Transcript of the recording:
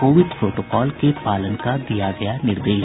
Covid protocol के पालन का दिया गया निर्देश